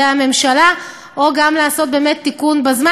הממשלה או גם לעשות באמת תיקון בזמן,